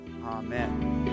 Amen